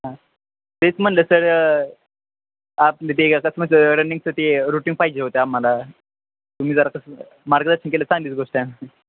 हां तेच म्हणलं सर आप ते कसं रनिंगचं ते रूटीन पाहिजे होतं आम्हाला तुम्ही जरा कसं मार्गदर्शन केलं चांगलीच गोष्ट आणि